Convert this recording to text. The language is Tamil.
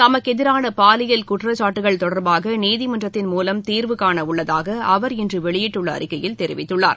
தமக்கு எதிரான பாலியல் குற்றச்சாட்டுகள் தொடர்பாக நீதிமன்றத்தின் மூலம் தீர்வு காண உள்ளதாக அவர் இன்று வெளியிட்டுள்ள அறிக்கையில் தெரிவித்துள்ளார்